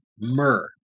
myrrh